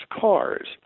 cars